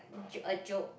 j~ a joke